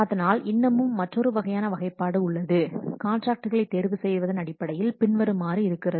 அதனால் இன்னமும் மற்றொரு வகையான வகைப்பாடு உள்ளது காண்ட்ராக்ட்களை தேர்வு செய்வதன் அடிப்படையில் பின்வருமாறு இருக்கிறது